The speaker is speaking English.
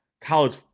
college